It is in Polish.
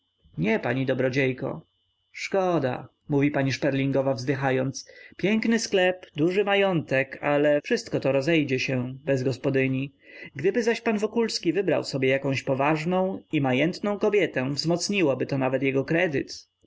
nie pani dobrodziejko szkoda mówi pani szperlingowa wzdychając piękny sklep duży majątek ale wszystko to rozejdzie się bez gospodyni gdyby zaś pan wokulski wybrał sobie jaką poważną i majętną kobietę wzmocniłby się nawet jego kredyt